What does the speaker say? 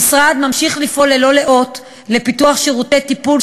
המשרד ממשיך לפעול ללא לאות לטיפוח שירותי טיפול,